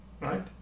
right